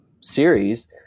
series